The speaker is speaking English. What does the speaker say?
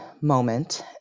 moment